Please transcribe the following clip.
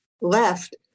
left